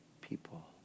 people